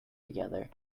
together